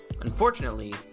unfortunately